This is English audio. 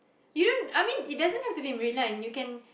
you don't I mean it doesn't have to be marine line you can